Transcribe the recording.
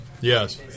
Yes